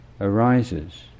arises